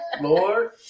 Lord